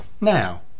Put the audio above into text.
Now